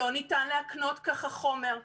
לא ניתן להקנות ככה חומר.